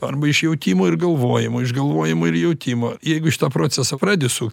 arba iš jautimo ir galvojimo iš galvojimo ir jautimo jeigu šitą procesą pradedi su